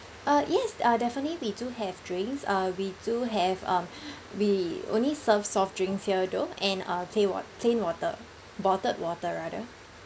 uh yes uh definitely we do have drinks uh we do have um we only serve soft drinks here though and uh plain wa~ plain water bottled water rather